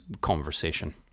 conversation